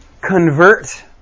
convert